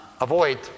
avoid